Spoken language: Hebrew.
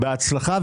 בהצלחה.